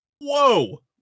Whoa